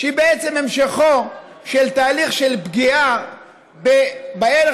שהיא בעצם המשכו של תהליך של פגיעה בערך